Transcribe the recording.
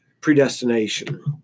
predestination